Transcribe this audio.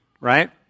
right